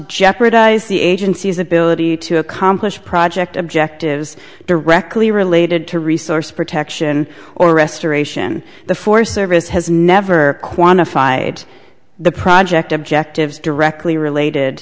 jeopardize the agency's ability to accomplish project objectives directly related to resource protection or restoration the four service has never quantified the project objectives directly related